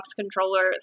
controller